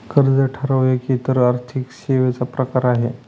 कर्ज ठराव एक इतर आर्थिक सेवांचा प्रकार आहे